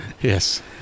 Yes